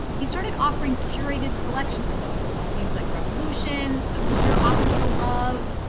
he started offering curated selections of books themes like revolution, obscure authors you'll love,